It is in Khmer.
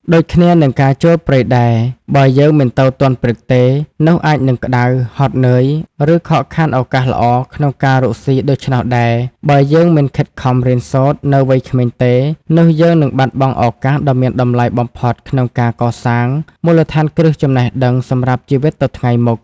ដូចគ្នានឹងការចូលព្រៃដែរ បើយើងមិនទៅទាន់ព្រឹកទេ នោះអាចនឹងក្តៅ ហត់នឿយ ឬខកខានឱកាសល្អក្នុងការរកស៊ី ដូច្នោះដែរ បើយើងមិនខិតខំរៀនសូត្រនៅវ័យក្មេងទេ នោះយើងនឹងបាត់បង់ឱកាសដ៏មានតម្លៃបំផុតក្នុងការកសាងមូលដ្ឋានគ្រឹះចំណេះដឹងសម្រាប់ជីវិតទៅថ្ងៃមុខ។